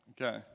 Okay